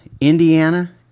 Indiana